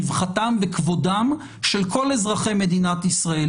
רווחתם וכבודם של כל אזרחי מדינת ישראל,